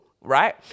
right